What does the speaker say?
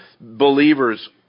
believers